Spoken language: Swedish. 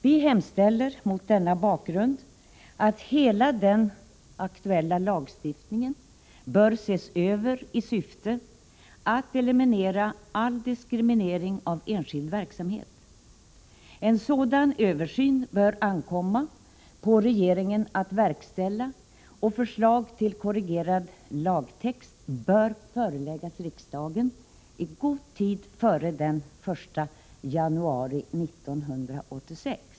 Vi hemställer mot denna bakgrund att ses över i syfte att eliminera all diskriminering av enskild verksamhet. En sådan översyn bör ankomma på regeringen att verkställa, och förslag till korrigerad lagtext bör föreläggas riksdagen i god tid före den 1 januari 1986.